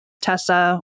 Tessa